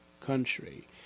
country